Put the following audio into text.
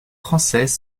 français